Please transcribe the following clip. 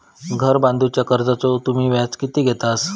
घर बांधूच्या कर्जाचो तुम्ही व्याज किती घेतास?